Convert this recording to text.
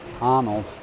Arnold